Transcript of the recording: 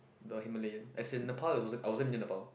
the Himalayan as in the part I wasn't I wasn't about